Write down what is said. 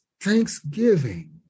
thanksgiving